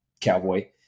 cowboy